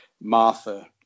Martha